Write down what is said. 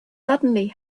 suddenly